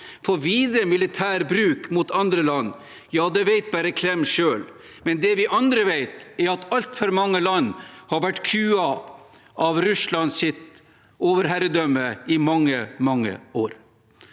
for videre militær bruk mot andre land, vet bare Kreml selv, men det vi andre vet, er at altfor mange land har vært kuet av Russlands overherredømme i mange, mange år.